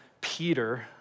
Peter